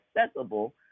accessible